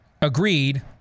agreed